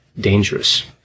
dangerous